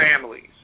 families